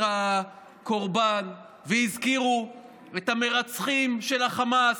הקורבן והזכירו את המרצחים של החמאס,